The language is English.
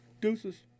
Deuces